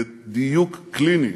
בדיוק קליני,